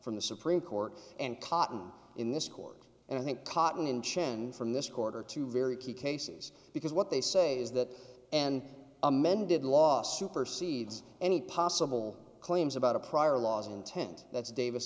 from the supreme court and cotton in this court and i think cotton and chen from this quarter two very key cases because what they say is that an amended loss supersedes any possible claims about a prior law's intent that's davis